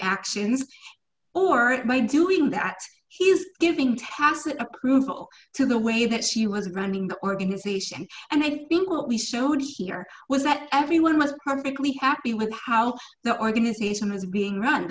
actions or by doing that he's giving tacit approval to the way that she was running the organization and i think what we showed here was that everyone was perfectly happy with how their organization was being run